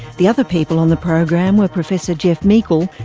the other people on the program were professor jeff meikle,